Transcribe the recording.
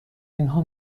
اینها